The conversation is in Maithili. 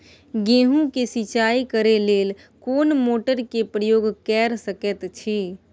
गेहूं के सिंचाई करे लेल कोन मोटर के प्रयोग कैर सकेत छी?